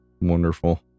Wonderful